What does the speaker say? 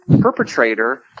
perpetrator